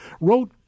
wrote